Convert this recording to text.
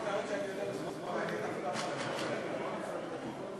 והוא ענה: בשלב זה